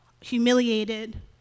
humiliated